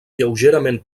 lleugerament